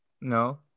No